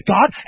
God